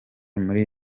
muri